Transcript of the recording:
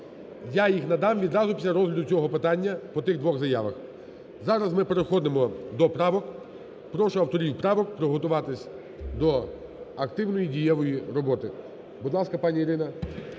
Я їх надам одразу після розгляду цього питання по тих двох заявах. Зараз ми переходимо до правок. Прошу авторів правок приготуватись до активної дієвої роботи. Будь ласка, пані Ірина,